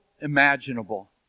imaginable